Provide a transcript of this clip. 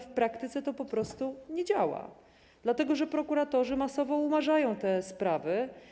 W praktyce to po prostu nie działa, dlatego że prokuratorzy masowo umarzają te sprawy.